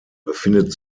befindet